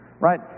Right